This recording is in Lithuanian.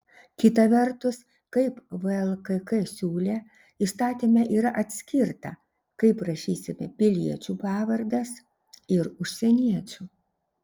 kita vertus kaip vlkk siūlė įstatyme yra atskirta kaip rašysime piliečių pavardes ir užsieniečių